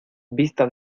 vista